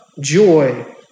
joy